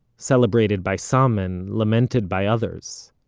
celebrated by some and lamented by others.